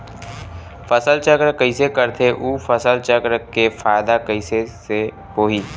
फसल चक्र कइसे करथे उ फसल चक्र के फ़ायदा कइसे से होही?